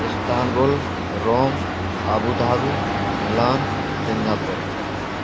Istanbul Rome Abu Dhabi Milan Singapore